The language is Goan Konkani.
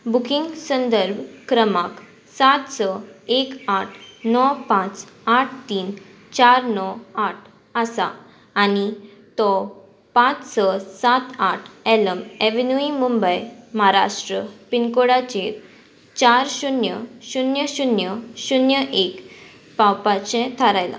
बुकींग संदर्भ क्रमांक सात स एक आठ णव पांच आठ तीन चार णव आठ आसा आनी तो पांच स सात आठ एलम एवेन्यू मुंबय महाराष्ट्र पिनकोडाचेर चार शुन्य शुन्य शुन्य शुन्य एक पावपाचें थारायलां